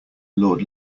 lord